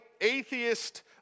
atheist